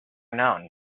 known